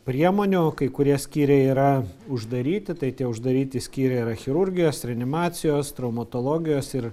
priemonių kai kurie skyriai yra uždaryti tai tie uždaryti skyriai yra chirurgijos reanimacijos traumatologijos ir